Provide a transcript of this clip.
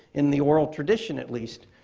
in the oral tradition, at least,